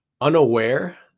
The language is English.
unaware